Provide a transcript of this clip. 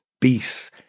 beasts